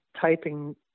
typing